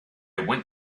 went